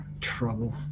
trouble